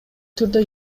түрдө